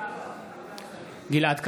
גלעד קריב,